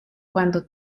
cuando